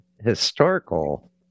historical